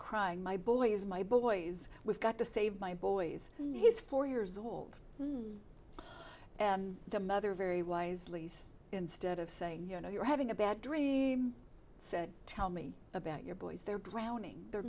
crying my boy is my boys we've got to save my boys he's four years old and the mother very wise lease instead of saying you know you're having a bad dream said tell me about your boys they're grounding the